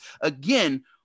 again